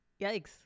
yikes